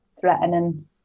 threatening